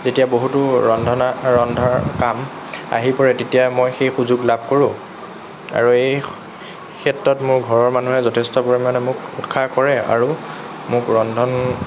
যেতিয়া বহুতো ৰন্ধনৰ ৰন্ধাৰ কাম আহি পৰে তেতিয়া মই সেই সুযোগ লাভ কৰোঁ আৰু এই ক্ষেত্ৰত মোৰ ঘৰৰ মানুহে যথেষ্ট পৰিমাণে মোক উৎসাহ কৰে আৰু মোক ৰন্ধন